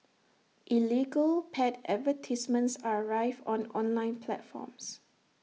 illegal pet advertisements are rife on online platforms